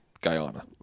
Guyana